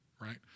right